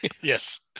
yes